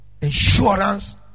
insurance